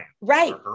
right